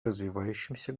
развивающимся